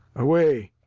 away.